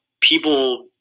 people